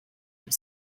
your